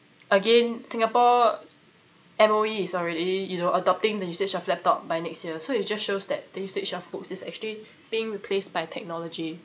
again singapore M_O_E is already you know adopting the usage of laptop by next year so it just shows that the usage of books is actually being replaced by technology